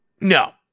no